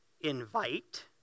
invite